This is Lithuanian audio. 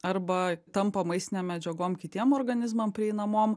arba tampa maistinėm medžiagom kitiem organizmam prieinamom